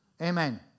Amen